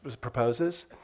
proposes